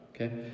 okay